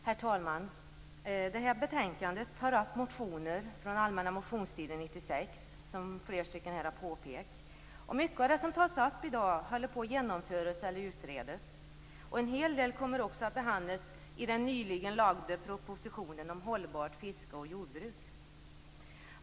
Herr talman! I detta betänkande tas, som flera här har påpekat, upp motioner från allmänna motionstiden 1996. Mycket av det som i dag tas upp håller på att genomföras eller utredas. En hel del behandlas också i den nyligen framlagda propositionen om hållbart fiske och jordbruk.